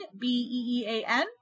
B-E-E-A-N